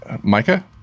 micah